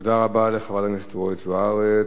תודה רבה לחברת הכנסת אורית זוארץ.